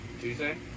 Tuesday